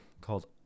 called